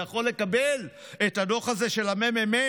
והוא יכול לקבל את הדוח הזה של הממ"מ,